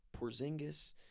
Porzingis